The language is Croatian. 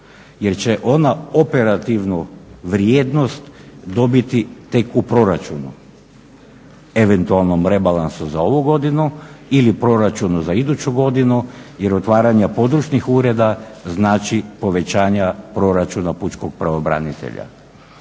jer će ona operativnu vrijednost dobiti tek u proračunu, eventualnom rebalansu za ovu godinu ili proračunu za iduću godinu jer otvaranja područnih ureda znači povećanja proračuna pučkog pravobranitelja.